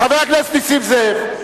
חבר הכנסת נסים זאב.